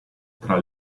tra